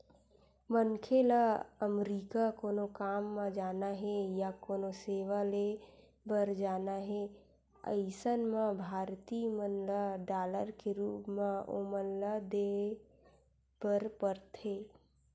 मनखे ल अमरीका कोनो काम म जाना हे या कोनो सेवा ले बर जाना हे अइसन म भारतीय मन ल डॉलर के रुप म ओमन ल देय बर परथे